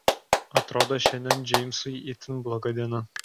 atrodo šiandien džeimsui itin bloga diena